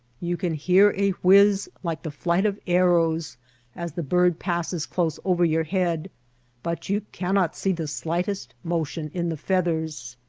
you can hear a whizz like the flight of arrows as the bird passes close over your head but you cannot see the slightest motion in the feathers.